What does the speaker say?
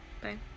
bye